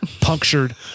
punctured